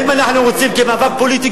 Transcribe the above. כמאבק פוליטי,